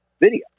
video